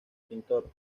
pintor